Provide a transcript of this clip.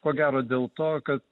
ko gero dėl to kad